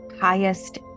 highest